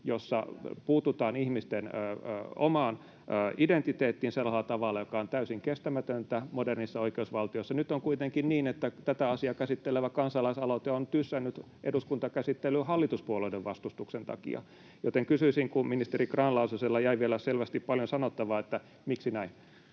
jossa puututaan ihmisten omaan identiteettiin sellaisella tavalla, joka on täysin kestämätöntä modernissa oikeusvaltiossa. Nyt on kuitenkin niin, että tätä asiaa käsittelevä kansalaisaloite on tyssännyt eduskuntakäsittelyyn hallituspuolueiden vastustuksen takia, joten kysyisin, kun ministeri Grahn-Laasosella jäi vielä selvästi paljon sanottavaa: miksi näin?